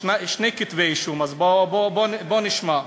שני כתבי-אישום, אז בואו נשמע.